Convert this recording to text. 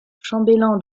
chambellan